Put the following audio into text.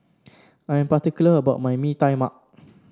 I am particular about my Mee Tai Mak